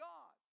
God